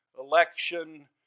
election